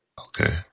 Okay